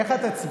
איך את תצביעי?